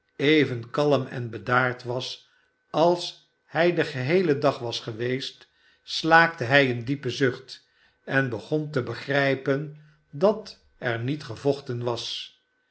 even kalm en bedaard was als hij den geheelen dag was geweest slaakte hi een diepen zucht en begon te begrijpen dat er met gevochten was